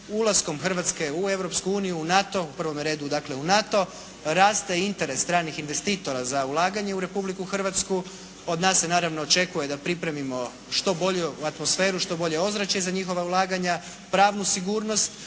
ulaskom Hrvatske u Europsku uniju, u NATO, u prvome redu dakle, u NATO, raste i interes stranih investitora za ulaganje u Republiku Hrvatsku. Od nas se naravno očekuje da pripremimo što bolju atmosferu, što bolje ozračje za njihova ulaganja, pravnu sigurnost,